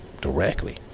directly